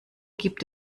gibt